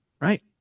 right